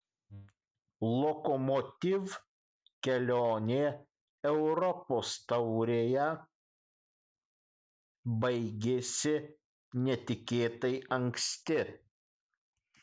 lokomotiv kelionė europos taurėje baigėsi netikėtai anksti